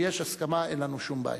כשיש הסכמה, אין לנו שום בעיה.